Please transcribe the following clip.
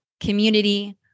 community